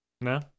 No